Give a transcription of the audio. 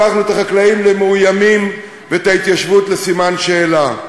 הפכנו את החקלאים למאוימים ואת ההתיישבות שמנו בסימן שאלה.